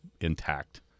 intact